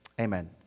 amen